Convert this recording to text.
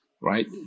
right